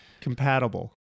compatible